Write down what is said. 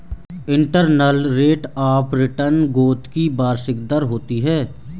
internal rate of return growth की वार्षिक दर होती है